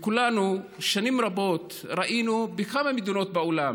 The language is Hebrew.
וכולנו שנים רבות ראינו בכמה מדינות בעולם,